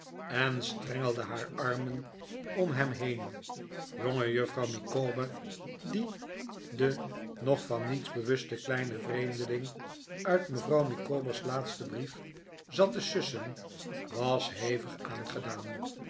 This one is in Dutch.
en strengelde haar armen om hem heen jongejuffrouw micawber die den nog van niets bewusten kleinen vreemdeling uit mevrouw micawber's laatsten brief zat te sussen was hevig aangedaan